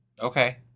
Okay